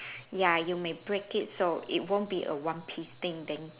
ya you may break it so it won't be a one piece thing thing